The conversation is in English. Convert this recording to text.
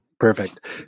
Perfect